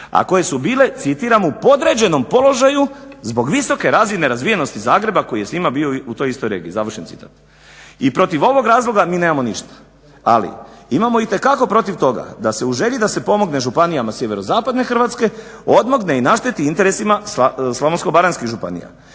a koje su bile, citiram u podređenom položaju zbog visoke razine razvijenosti Zagreba koji je s njima bio u toj istoj regiji. Završen citat. I protiv ovog razloga mi nemamo ništa. Ali imamo itekako protiv toga da se u želji da se pomogne županijama sjeverozapadne Hrvatske odmogne i našteti interesima slavonsko-baranjskih županija.